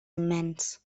immens